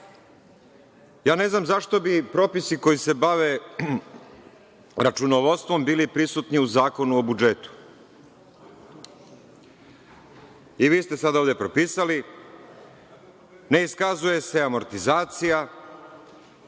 22. Ne znam zašto bi propisi koji se bave računovodstvom bili prisutni u Zakonu o budžetu. Vi ste sad ovde propisali – ne iskazuje se amortizacija